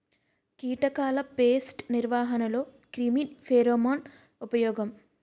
కీటకాల పేస్ట్ నిర్వహణలో క్రిమి ఫెరోమోన్ ఉపయోగం